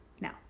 now